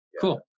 Cool